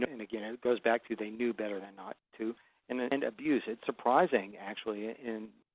and, again, it goes back to they knew better than not to and and and abuse it surprising, actually, ah in